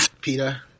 Peter